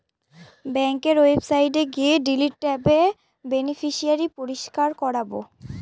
ব্যাঙ্কের ওয়েবসাইটে গিয়ে ডিলিট ট্যাবে বেনিফিশিয়ারি পরিষ্কার করাবো